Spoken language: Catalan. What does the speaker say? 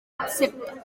transsepte